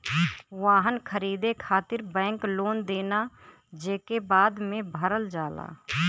वाहन खरीदे खातिर बैंक लोन देना जेके बाद में भरल जाला